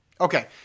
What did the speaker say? Okay